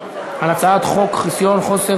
אני קובע כי המלצת הוועדה המשותפת של